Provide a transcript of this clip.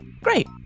Great